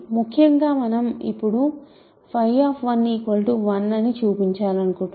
ముఖ్యంగా మనం ఇప్పుడు 𝚽1 అని చూపించాలనుకుంటున్నాము